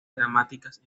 dramáticas